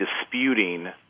disputing